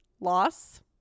loss